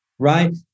right